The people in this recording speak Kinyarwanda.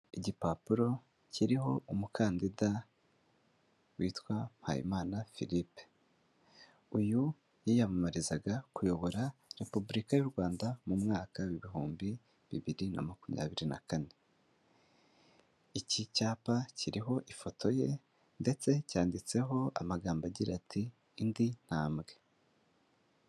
Igipapuro kiriho umukandida witwa Mpayimana Philippe. Uyu yiyamamarizaga kuyobora repubulika y' u Rwanda mu mwaka w ibihumbi bibiri na makumyabiri na kane. Iki cyapa kiriho ifoto ye ndetse cyanditseho amagambo agira ati indi ntambwe.